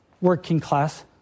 working-class